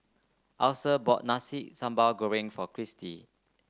Alesha bought Nasi Sambal Goreng for Christie